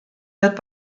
wird